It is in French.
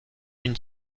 une